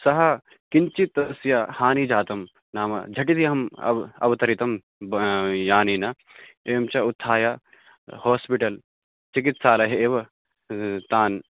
सः किञ्चित् तस्य हानिः जाता नाम झटिति अहम् अव् अवतरितं ब यानेन एवं च उत्थाय होस्पिटल् चिकित्सालये एव तान्